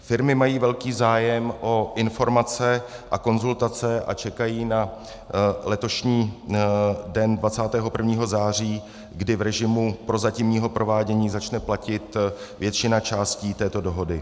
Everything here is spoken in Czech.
Firmy mají velký zájem o informace a konzultace a čekají na letošní den 21. září, kdy v režimu prozatímního provádění začne platit většina částí této dohody.